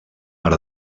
per